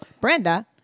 Brenda